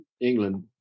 England